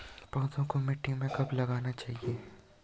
पौधों को मिट्टी में कब लगाना चाहिए?